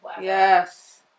Yes